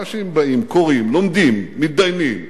אנשים באים, קוראים, לומדים, מתדיינים,